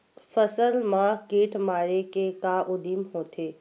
फसल मा कीट मारे के का उदिम होथे?